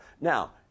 Now